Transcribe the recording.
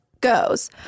goes